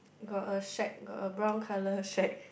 got a shade a brown colour shade